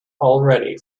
already